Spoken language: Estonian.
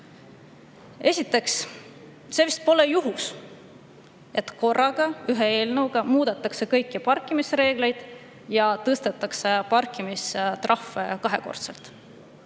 trahvi. Esiteks, see vist pole juhus, et korraga, ühe eelnõuga muudetakse kõiki parkimisreegleid ja tõstetakse parkimistrahve kahekordselt.